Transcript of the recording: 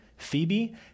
phoebe